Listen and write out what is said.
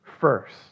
first